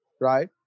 right